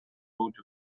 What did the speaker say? vote